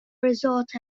resort